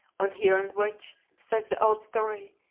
on hearing which, says the old story,